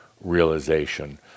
Realization